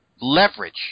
Leverage